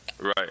Right